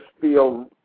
feel